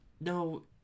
no